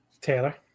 Taylor